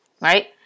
Right